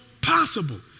possible